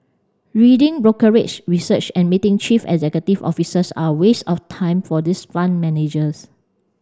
reading brokerage research and meeting chief executive officers are a waste of time for this fund managers